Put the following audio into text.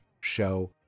show